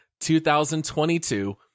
2022